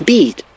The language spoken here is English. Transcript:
Beat